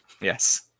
Yes